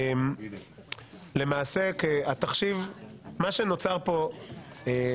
למעשה מה שנוצר כאן,